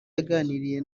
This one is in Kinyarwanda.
yaganiriye